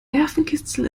nervenkitzel